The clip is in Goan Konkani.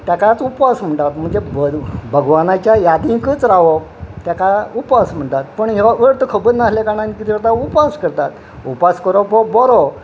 ताकाच उपवास म्हणटात म्हणजे भगवानाच्या यादींकच रावप ताका उपवास म्हणटात पूण हो अर्थ खबर नासल्या कारणान कितें करता उपास करतात उपास करप हो बरो